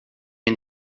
and